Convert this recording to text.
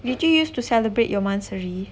did you use to celebrate your monthsary